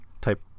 type